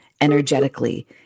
energetically